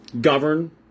govern